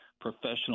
professional